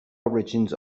origins